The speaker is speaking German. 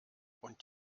und